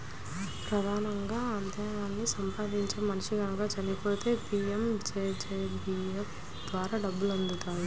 ప్రధానంగా ఆదాయాన్ని సంపాదించే మనిషి గనక చచ్చిపోతే పీయంజేజేబీవై ద్వారా డబ్బులొత్తాయి